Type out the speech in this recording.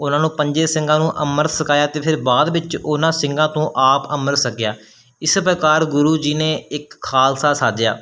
ਉਨ੍ਹਾਂ ਨੂੰ ਪੰਜੇ ਸਿੰਘਾਂ ਨੂੰ ਅੰਮ੍ਰਿਤ ਛਕਾਇਆ ਅਤੇ ਫਿਰ ਬਾਦ ਵਿੱਚ ਉਨ੍ਹਾਂ ਸਿੰਘਾਂ ਤੋਂ ਆਪ ਅੰਮ੍ਰਿਤ ਛਕਿਆ ਇਸ ਪ੍ਰਕਾਰ ਗੁਰੂ ਜੀ ਨੇ ਇੱਕ ਖਾਲਸਾ ਸਾਜਿਆ